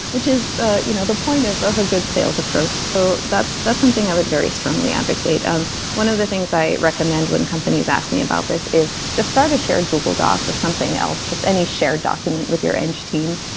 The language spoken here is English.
which is ah you know the point of of a good sales approach. so that's that's something i would very strongly advocate um one of the things i recommend when companies ask me about this is just start a shared google doc or something else. just any shared document with your engg team.